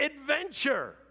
adventure